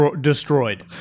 Destroyed